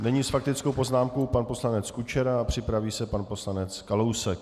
Nyní s faktickou poznámkou pan poslanec Kučera a připraví se pan poslanec Kalousek.